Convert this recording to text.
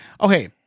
okay